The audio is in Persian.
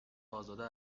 ازاده